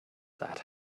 that